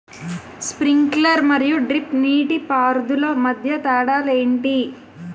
Sprinkler మరియు drip నీటిపారుదల మధ్య తేడాలు ఏంటి?